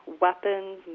weapons